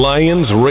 Lions